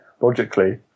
logically